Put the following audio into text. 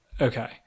Okay